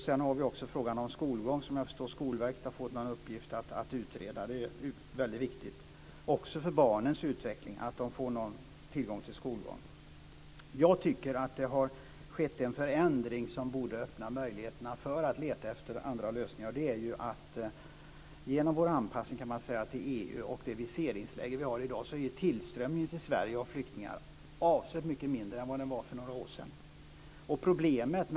Sedan är det också frågan om skolgång, som jag förstår att Skolverket har fått i uppgift att utreda. Det är också väldigt viktigt för barnens utveckling att de får tillgång till skolgång. Jag tycker att det har skett en förändring, som borde öppna möjligheterna för att leta efter andra lösningar. Det är att vår anpassning till EU och det viseringsläge som vi har i dag innebär att tillströmningen till Sverige av flyktingar är avsevärt mycket mindre än vad den var för några år sedan.